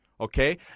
okay